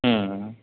ம்